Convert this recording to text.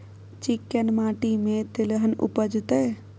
चिक्कैन माटी में तेलहन उपजतै?